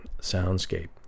soundscape